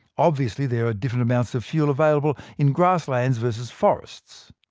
obviously, there are different amounts of fuel available in grasslands versus forests.